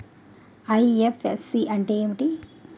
IFSC అంటే ఏమిటి?